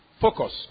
focus